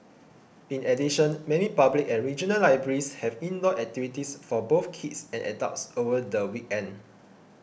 in addition many public and regional libraries have indoor activities for both kids and adults over the weekend